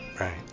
Right